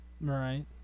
Right